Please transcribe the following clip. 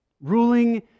ruling